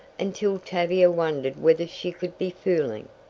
until tavia wondered whether she could be fooling,